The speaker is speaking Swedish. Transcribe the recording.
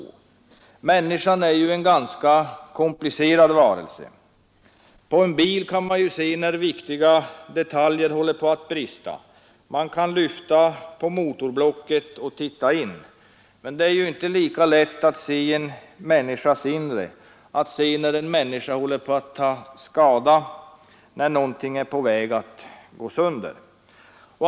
Människan är en komplicerad varelse. På en bil kan man se när viktiga detaljer håller på att brista. Man kan lyfta på motorhuven och titta in. Men det är inte lika lätt att se in i en människas inre, att se när en människa håller på att ta skada, när någonting är på väg att gå sönder.